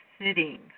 sitting